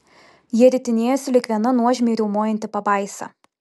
jie ritinėjosi lyg viena nuožmiai riaumojanti pabaisa